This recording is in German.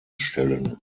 stellen